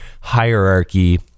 hierarchy